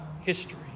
history